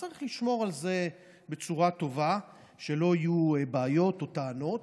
וצריך לשמור על זה בצורה טובה ושלא יהיו בעיות או טענות.